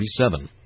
37